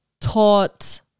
taught